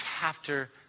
chapter